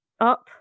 up